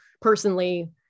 personally